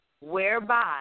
whereby